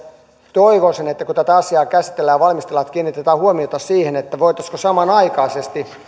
toivoisin että kun tätä asiaa käsitellään ja valmistellaan kiinnitetään huomiota siihen voitaisiinko samanaikaisesti